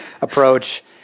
approach